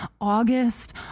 august